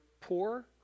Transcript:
poor